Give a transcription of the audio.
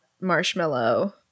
marshmallow